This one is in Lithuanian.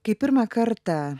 kai pirmą kartą